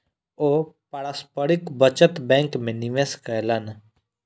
ओ पारस्परिक बचत बैंक में निवेश कयलैन